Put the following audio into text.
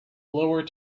lower